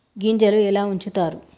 గింజలు ఎలా ఉంచుతారు?